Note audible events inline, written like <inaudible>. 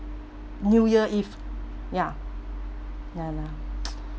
new year eve ya ya lah <noise>